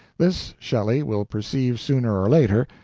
this, shelley will perceive sooner or later,